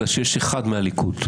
אלא שיש אחד מהליכוד.